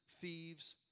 thieves